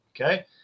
okay